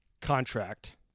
contract